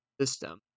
system